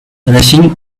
rushing